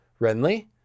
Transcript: Renly